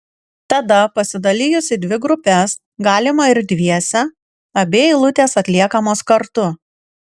tada pasidalijus į dvi grupes galima ir dviese abi eilutės atliekamos kartu